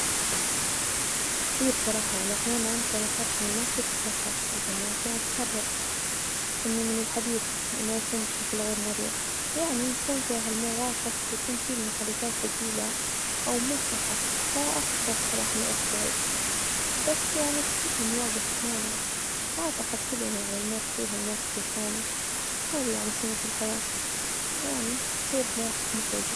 إي بصراحة يعني أحيانا تظاهرت إني ما شفت شخص يعني عشان أتهرب إني من الحديث ما يكون بشكل غير مريح ،يعني يكون فيه ها المواقف تكون فيه المحادثات تجيلة أو مرهقة ،فأفضل بصراحة إني أبتعد بس يعني تصير هالمواجف أحيانا ،أعتقد كده يعني نمر فيها من وجت للتاني ،هادي يعني سنة الحياة ،يعني تصير مواقف محرجة.